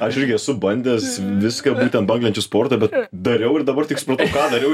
aš irgi esu bandęs viską ten banglenčių sportą bet dariau ir dabar tik supratau ką dariau